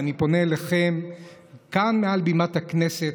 ואני פונה אליכם כאן מעל בימת הכנסת,